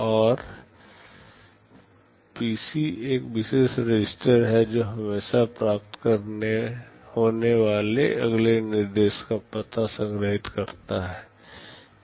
और PC एक विशेष रजिस्टर है जो हमेशा प्राप्त होने वाले अगले निर्देश का पता संग्रहीत करता है